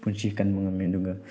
ꯄꯨꯟꯁꯤ ꯀꯟꯕ ꯉꯃꯤ ꯑꯗꯨꯒ